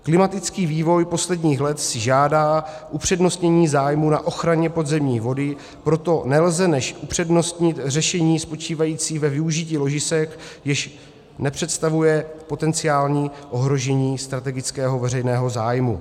Klimatický vývoj posledních let si žádá upřednostnění zájmů na ochraně pozemní vody, proto nelze než upřednostnit řešení spočívající ve využití ložisek, jež nepředstavuje potenciální ohrožení strategického veřejného zájmu.